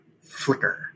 flicker